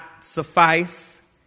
suffice